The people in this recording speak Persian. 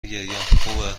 گریانخوبه